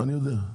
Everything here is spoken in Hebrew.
אני יודע,